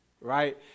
Right